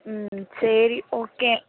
ம் சரி ஓகே